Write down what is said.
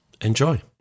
Enjoy